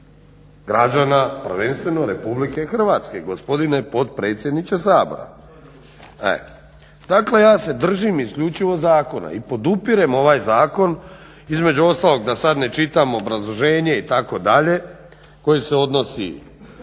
građana prvenstveno RH gospodine potpredsjedniče Sabora. Dakle, ja se držim isključivo zakona i podupirem ovaj zakon između ostalog da sada ne čitam obrazloženje itd. koje se odnosi